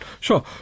Sure